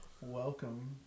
Welcome